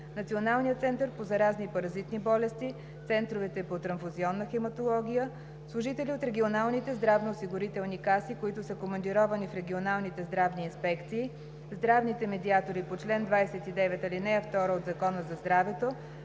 Националния център по заразни и паразитни болести, центровете по трансфузионна хематология, служителите от регионалните здравноосигурителни каси, които са командировани в регионалните здравни инспекции, здравните медиатори по чл. 29, ал. 2 от Закона за здравето,